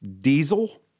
Diesel